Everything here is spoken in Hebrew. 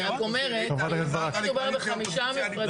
אני רק אומרת אם מדובר בחמישה מפרטים.